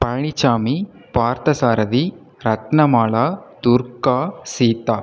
Palaniswami Parthasarathy Ratnamala Durga Sita